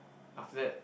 after that